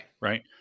Right